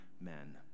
men